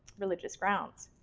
religious grounds.